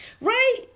right